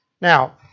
Now